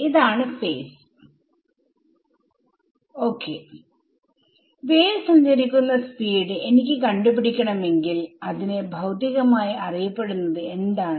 ഇതാണ് ഫേസ് വിദ്യാർത്ഥി ok wave സഞ്ചരിക്കുന്ന സ്പീഡ് എനിക്ക് കണ്ടു പിടിക്കണമെങ്കിൽ അതിനെ ഭൌതികമായി അറിയപ്പെടുന്നത് എന്താണ്